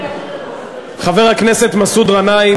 חבר הכנסת מסעוד גנאים,